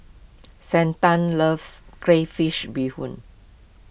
Santa loves Crayfish BeeHoon